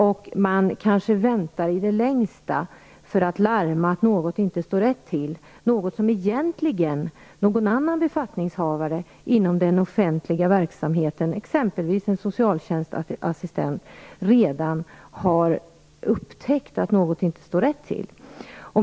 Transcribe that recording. Därför väntar man kanske i det längsta med att larma om att något inte står rätt till, något som egentligen någon annan befattningshavare inom den offentliga verksamheten, exempelvis en socialtjänstassistent, redan har upptäckt.